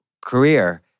career